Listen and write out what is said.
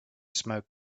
smoke